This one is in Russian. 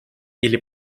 или